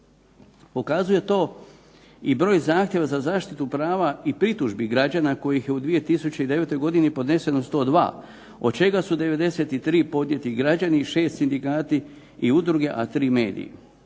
Pokazuje to i broj zahtjeva za zaštitu prava i pritužbi građana kojih je u 2009. godini podneseno 102, od čega su 93 podnijeti građani, 6 sindikati i udruge, a 3 mediji.